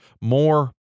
more